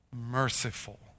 Merciful